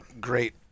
great